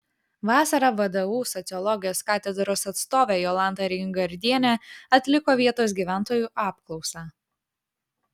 vasarą vdu sociologijos katedros atstovė jolanta reingardienė atliko vietos gyventojų apklausą